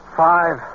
five